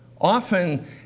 often